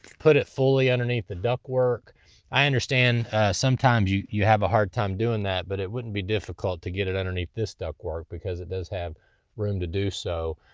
put it fully underneath the ductwork. i understand sometimes you you have a hard time doing that, but it wouldn't be difficult to get it underneath this this ductwork because it does have room to do so.